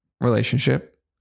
relationship